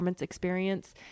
experience